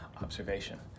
observation